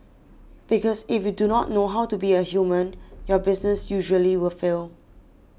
because if you do not know how to be a human your business usually will fail